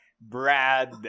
Brad